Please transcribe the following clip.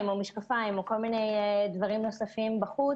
או משקפיים או כל מיני דברים נוספים בחוץ,